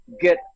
get